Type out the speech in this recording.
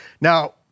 Now